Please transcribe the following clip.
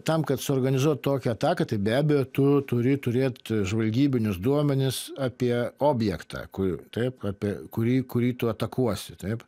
tam kad suorganizuot tokią ataką be abejo tu turi turėt žvalgybinius duomenis apie objektą taip apie kurį kurį tu atakuosi taip